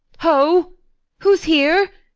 ho who's here?